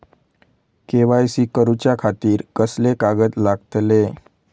KYC करूच्या खातिर कसले कागद लागतले?